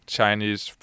Chinese